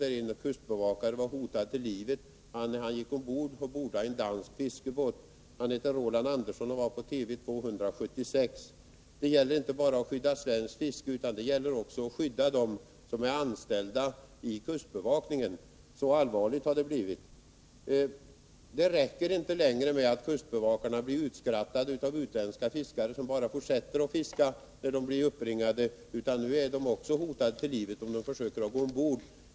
En kustbevakare blev hotad till livet, när han bordade en dansk fiskebåt. Vederbörande heter Roland Andersson och var på Tv 276. Det gäller inte bara att skydda svenskt fiske utan också att skydda dem som är anställda vid kustbevakningen. Så allvarligt har det hela blivit. Det räcker inte längre med att kustbevakarna blir utskrattade av utländska fiskare, som bara fortsätter att fiska, trots att de blivit uppbringade. Nu hotas kustbevakarna till livet, om de försöker att gå ombord.